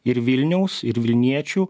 ir vilniaus ir vilniečių